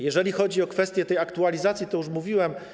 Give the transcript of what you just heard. Jeżeli chodzi o kwestię aktualizacji, to już mówiłem.